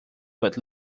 but